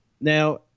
Now